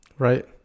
Right